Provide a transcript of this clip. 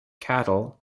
cattle